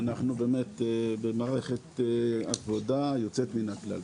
אנחנו באמת במערכת עבודה יוצאת מן הכלל,